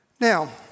Now